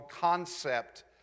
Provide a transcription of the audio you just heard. concept